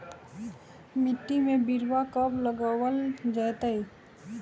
मिट्टी में बिरवा कब लगवल जयतई?